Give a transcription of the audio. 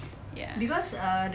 ya